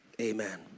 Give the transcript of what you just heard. Amen